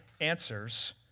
answers